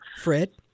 Fred